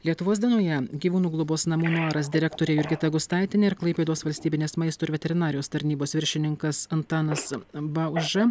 lietuvos dienoje gyvūnų globos namų nuaras direktorė jurgita gustaitienė ir klaipėdos valstybinės maisto ir veterinarijos tarnybos viršininkas antanas bauža